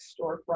storefront